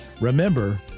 remember